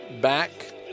back